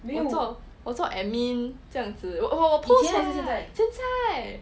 我做我做 admin 这样子我有 post [what] 现在